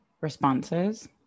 responses